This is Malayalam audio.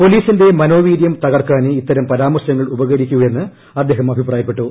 പോലീസിന്റെ മനോവീര്യം തകർക്കാനേ ഇത്തരം പരാമർശങ്ങൾ ഉപകരിക്കൂ എന്ന് അദ്ദേഹം അഭിപ്രായപ്പെട്ടു